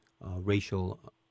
racial